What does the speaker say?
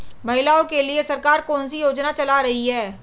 महिलाओं के लिए सरकार कौन सी योजनाएं चला रही है?